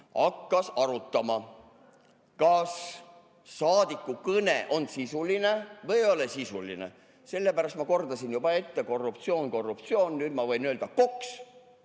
hakkas arutama, kas saadiku kõne on sisuline või ei ole sisuline. Sellepärast ma kordasin juba ette: korruptsioon, korruptsioon. Nüüd ma võin öelda KOKS.